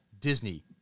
Disney